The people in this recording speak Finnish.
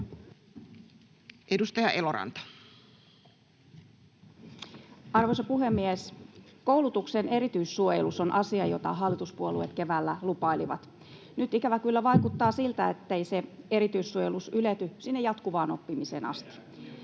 Edustaja Eloranta. Arvoisa puhemies! Koulutuksen erityissuojelus on asia, jota hallituspuolueet keväällä lupailivat. Nyt ikävä kyllä vaikuttaa siltä, ettei se erityissuojelus ylety jatkuvaan oppimiseen asti.